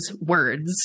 words